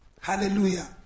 Hallelujah